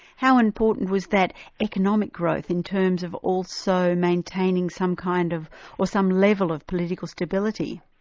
how important was that economic growth in terms of also maintaining some kind of or some level of political stability?